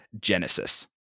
Genesis